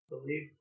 Believe